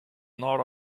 not